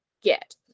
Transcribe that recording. get